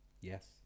Yes